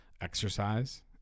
exercise